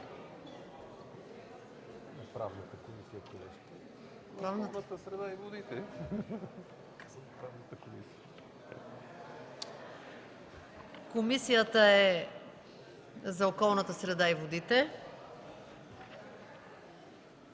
Комисията по околната среда и водите.